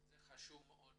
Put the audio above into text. זה חשוב מאוד